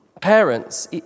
Parents